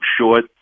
short